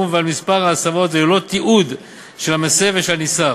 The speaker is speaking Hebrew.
ועל מספר ההסבות וללא תיעוד של המסב ושל הנסב.